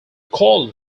called